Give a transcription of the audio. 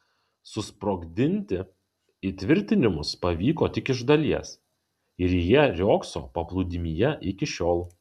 susprogdinti įtvirtinimus pavyko tik iš dalies ir jie riogso paplūdimyje iki šiol